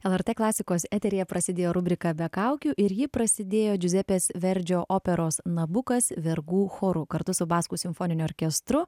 lrt klasikos eteryje prasidėjo rubriką be kaukių ir ji prasidėjo džiuzepės verdžio operos nabukas vergų choru kartu su baskų simfoniniu orkestru